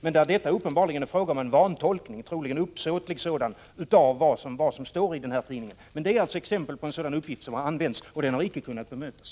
Det är uppenbarligen här fråga om en vantolkning, troligen en uppsåtlig sådan, av vad som står i artikeln. Detta är ett exempel på en uppgift som har använts och som icke kunnat bemötas.